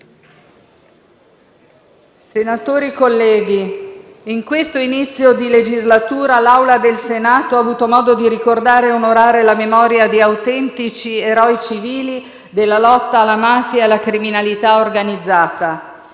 Senatori colleghi, in questo inizio di legislatura l'Aula del Senato ha avuto modo di ricordare e onorare la memoria di autentici eroi civili della lotta alla mafia e alla criminalità organizzata,